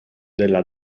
della